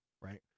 right